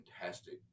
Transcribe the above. fantastic